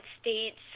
States